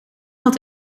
had